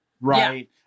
right